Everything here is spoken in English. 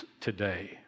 today